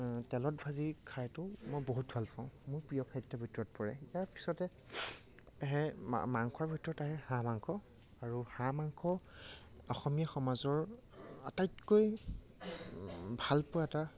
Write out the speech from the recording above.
তেলত ভাজি খাইতো মই বহুত ভাল পাওঁ মোৰ প্ৰিয় খাদ্যৰ ভিতৰত পৰে ইয়াৰ পিছতে আহে মা মাংসৰ ভিতৰত আহে হাঁহ মাংস আৰু হাঁহ মাংস অসমীয়া সমাজৰ আটাইতকৈ ভাল পোৱা এটা